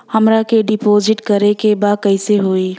हमरा के डिपाजिट करे के बा कईसे होई?